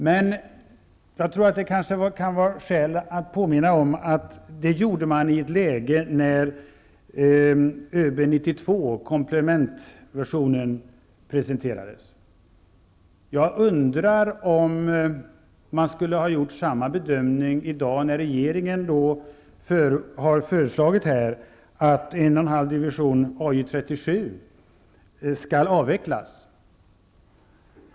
Men jag tror att det kan vara skäl att påminna om att de gjorde det i ett läge när ''ÖB 92 komplement'' presenterades. Jag undrar om de skulle ha gjort samma bedömning i dag, när regeringen har föreslagit att en och en halv division AJ 37 skall avvecklas.